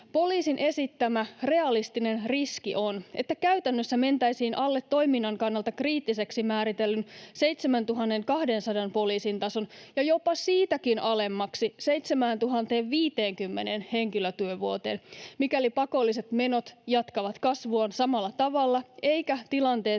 Poliisin esittämä realistinen riski on, että käytännössä mentäisiin alle toiminnan kannalta kriittiseksi määritellyn 7 200 poliisin tason ja jopa siitäkin alemmaksi, 7 050 henkilötyövuoteen, mikäli pakolliset menot jatkavat kasvuaan samalla tavalla eikä tilanteeseen